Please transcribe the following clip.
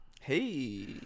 Hey